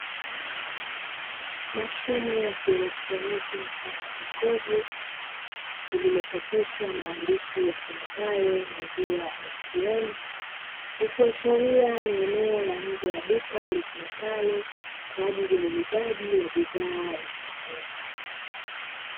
Mashine ya kielektroniki mfano wa jokofu, lililochapishwa maandishi yasomekayo "Maziwa ATM", ikiashiria ni eneo la nje ya duka litumikalo kwa ajili ya uuzaji wa bidhaa ya maziwa.